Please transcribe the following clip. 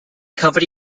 company